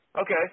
Okay